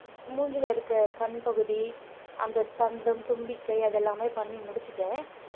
மூஞ்சியில் இருக்க கண் பகுதி அந்த தந்தம் தும்பிக்கை அதெல்லாமே பண்ணி முடிச்சிவிட்டேன்